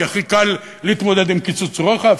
כי הכי קל להתמודד עם קיצוץ רוחב,